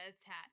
attack